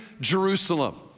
Jerusalem